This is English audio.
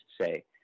say